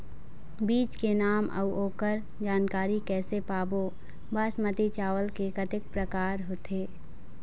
बीज के नाम अऊ ओकर जानकारी कैसे पाबो बासमती चावल के कतेक प्रकार होथे?